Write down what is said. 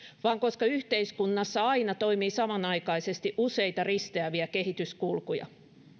vaan koska yhteiskunnissa aina toimii samanaikaisesti useita risteäviä kehityskulkuja